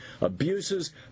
abuses